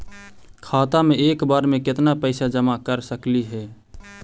खाता मे एक बार मे केत्ना पैसा जमा कर सकली हे?